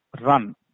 run